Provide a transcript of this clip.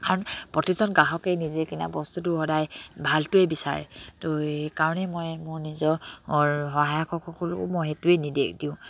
কাৰণ প্ৰতিজন গ্ৰাহকেই নিজে কিনা বস্তুটো সদায় ভালটোৱেই বিচাৰে তো সেইকাৰণেই মই মোৰ নিজৰ সহায়কসকলকো মই সেইটোৱে নিৰ্দেশ দিওঁ